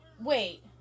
Wait